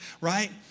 right